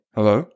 Hello